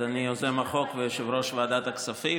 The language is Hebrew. אדוני יוזם החוק ויושב-ראש ועדת הכספים,